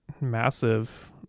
massive